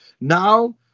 Now